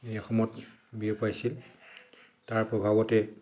সেই সময়ত বিয়পাইছিল তাৰ প্ৰভাৱতে